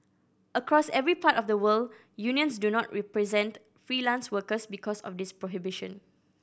across every part of the world unions do not represent freelance workers because of this prohibition